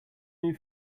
new